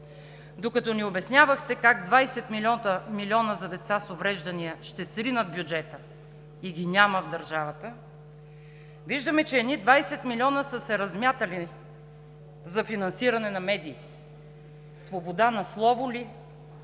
Докато ни обяснявахте как 20 милиона за деца с увреждания ще сринат бюджета и ги няма в държавата, виждаме, че едни 20 милиона са се размятали за финансиране на медии. Свобода на слово ли?!